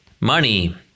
money